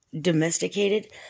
domesticated